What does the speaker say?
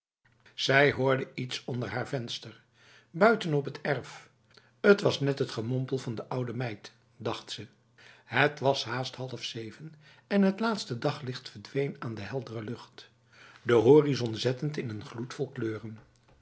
zij hoorde iets onder haar venster buiten op het erf t was net het gemompel van de oude meid dacht ze het was haast half zeven en het laatste daglicht verdween aan de heldere lucht de horizon zettend in een gloed vol kleuren